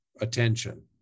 attention